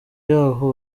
y’aho